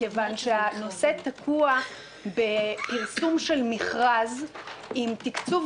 מכיוון שהנושא תקוע בפרסום של מכרז עם תקצוב